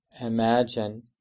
imagine